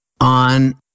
on